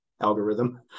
algorithm